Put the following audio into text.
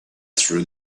through